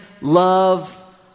love